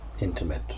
intimate